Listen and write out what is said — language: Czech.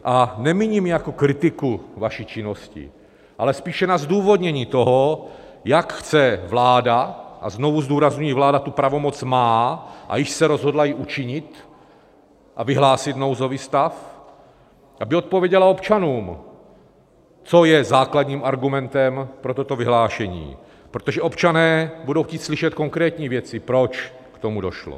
A nemíním je jako kritiku vaší činnosti, ale spíše na zdůvodnění toho, jak chce vláda a znovu zdůrazňuji, vláda tu pravomoc má a již se rozhodla ji učinit a vyhlásit nouzový stav aby odpověděla občanům, co je základním argumentem pro toto vyhlášení, protože občané budou chtít slyšet konkrétní věci, proč k tomu došlo.